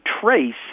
trace